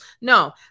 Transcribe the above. no